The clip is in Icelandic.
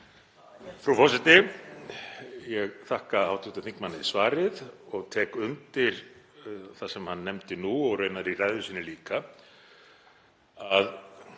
Frú forseti. Ég þakka hv. þingmanni svarið og tek undir það sem hann nefndi nú og raunar í ræðu sinni líka